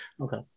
Okay